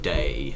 Day